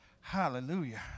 Hallelujah